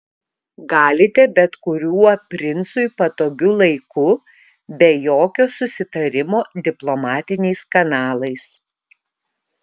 galite bet kuriuo princui patogiu laiku be jokio susitarimo diplomatiniais kanalais